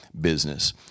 business